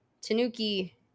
Tanuki